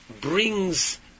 brings